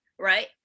Right